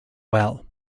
well